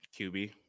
QB